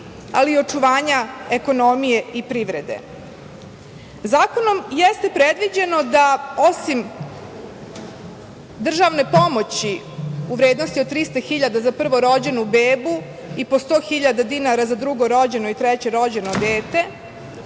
ali i očuvanja ekonomije i privrede. Zakonom jeste predviđeno da osim državne pomoći u vrednosti od 300.000,00 za prvorođenu bebu i po 100.000,00 dinara za drugorođeno i trećerođeno dete,